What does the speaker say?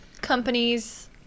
companies